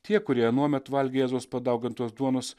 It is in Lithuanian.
tie kurie anuomet valgė jėzaus padaugintos duonos